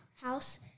house